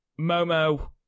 Momo